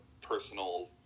personal